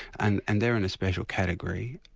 and and they're in a special category.